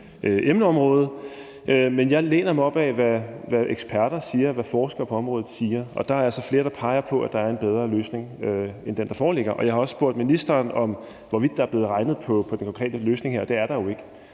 Men jeg læner mig op ad, hvad eksperter siger, og hvad forskere på området siger, og der er altså flere, der peger på, at der er en bedre løsning end den, der foreligger, og jeg har også spurgt ministeren om, hvorvidt der er blevet regnet på den her konkrete løsning, og det er der jo ikke.